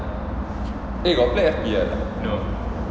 eh got play F_P or not